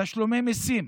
תשלומי מיסים,